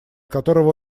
которого